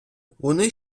вони